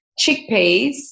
chickpeas